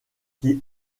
qui